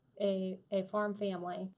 a a farm family,